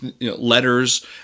letters